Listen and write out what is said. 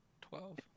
Twelve